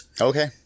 Okay